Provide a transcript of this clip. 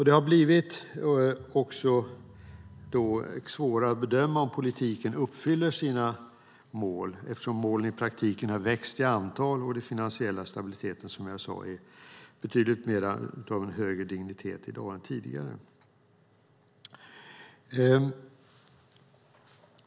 Det har blivit svårare att bedöma om politiken uppfyller sina mål eftersom målen i praktiken har växt i antal och den finansiella stabiliteten är av en högre dignitet i dag än tidigare.